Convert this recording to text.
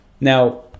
Now